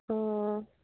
অঁ